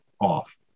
off